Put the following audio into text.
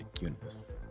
universe